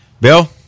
bill